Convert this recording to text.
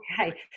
Okay